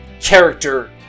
character